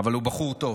אבל הוא בחור טוב,